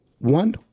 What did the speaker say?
One